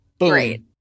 great